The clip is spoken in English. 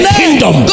kingdom